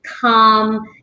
calm